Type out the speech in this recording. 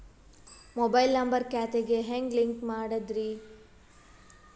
Mobile number ಖಾತೆ ಗೆ ಹೆಂಗ್ ಲಿಂಕ್ ಮಾಡದ್ರಿ?